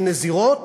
של נזירות,